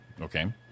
Okay